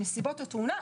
נסיבות התאונה,